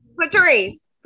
Patrice